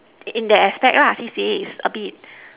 in that aspect lah C_C_A is a bit